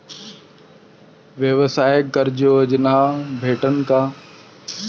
व्यवसाय कर्ज योजना भेटेन का?